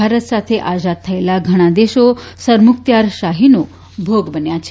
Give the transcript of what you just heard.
ભારત સાથે આઝાદ થયેલા ઘણા દેશો સરમુખત્યારશાહીનો ભોગ બન્યા છે